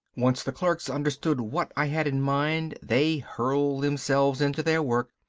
once the clerks understood what i had in mind they hurled themselves into their work,